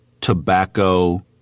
tobacco